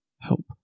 help